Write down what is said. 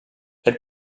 elle